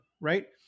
right